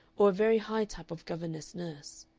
or a very high type of governess-nurse.